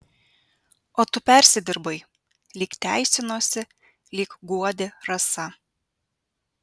o tu persidirbai lyg teisinosi lyg guodė rasa